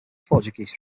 portuguese